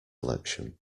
election